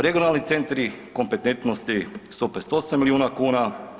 Regionalni centri kompetentnosti 158 milijuna kuna.